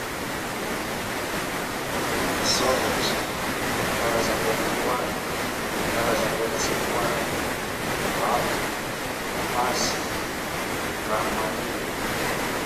Sokatra, karazandaoko foanigny, karazandaoko tsy foanigny, vato, fasika, raha maniry